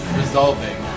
resolving